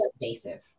invasive